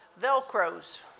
Velcros